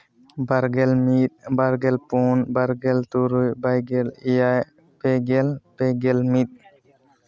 ᱵᱟᱨᱜᱮᱞ ᱢᱤᱫ ᱵᱟᱨᱜᱮᱞ ᱯᱩᱱ ᱵᱟᱨᱜᱮᱞ ᱛᱩᱨᱩᱭ ᱵᱟᱨᱜᱮᱞ ᱮᱭᱟᱭ ᱯᱮᱜᱮᱞ ᱯᱮᱜᱮᱞ ᱢᱤᱫ